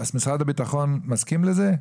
משרד הביטחון מסכים לזה?